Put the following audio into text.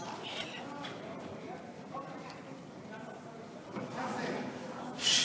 גברתי היושבת-ראש,